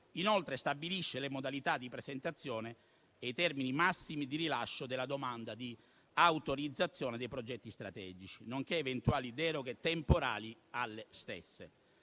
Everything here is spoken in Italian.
Inoltre, stabilisce le modalità di presentazione e i termini massimi di rilascio della domanda di autorizzazione dei progetti strategici, nonché eventuali deroghe temporali.